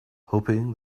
hoping